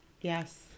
Yes